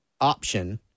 option